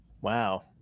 Wow